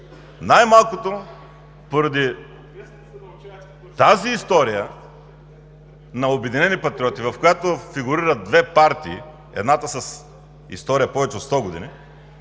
Най-малкото, поради тази история на „Обединени патриоти“, в която фигурират две партии – едната с история повече от сто години,